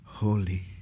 Holy